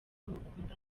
mukundana